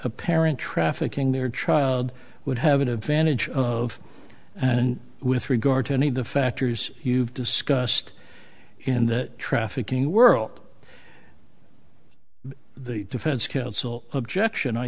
a parent trafficking their child would have an advantage of and with regard to any of the factors you've discussed in the trafficking world the defense counsel objection i